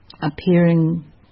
appearing